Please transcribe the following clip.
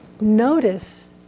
Notice